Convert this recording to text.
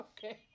Okay